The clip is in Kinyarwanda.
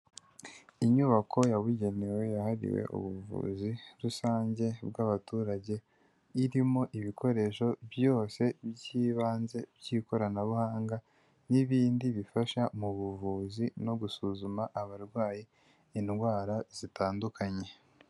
Inyubako yabugenewe yahariwe ubuvuzi rusange bw'abaturage, irimo ibikoresho byose by'ibanze by'ikoranabuhanga n'ibindi bifasha mu buvuzi no gusuzuma abarwayi indwara zitandukanye.